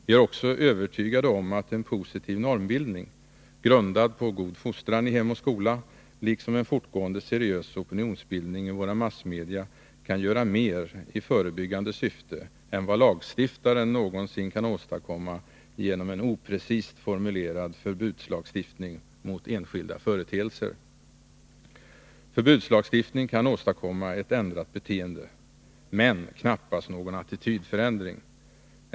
Vi är också övertygade om att en positiv normbildning, grundad på god fostran i hem och skola, liksom en fortgående seriös opinionsbildning i våra massmedia, kan göra mer i förebyggande syfte än vad lagstiftaren någonsin kan åstadkomma genom en oprecist formulerad förbudslagstiftning mot enskilda företeelser. Förbudslagstiftning kan åstadkomma ett ändrat beteende men knappast någon attitydförändring.